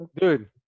Dude